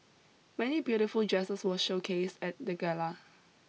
many beautiful dresses were showcased at the gala